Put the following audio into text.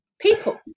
people